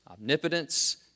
omnipotence